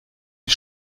die